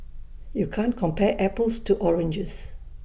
you can't compare apples to oranges